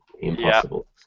Impossible